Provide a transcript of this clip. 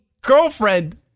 girlfriend